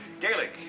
Gaelic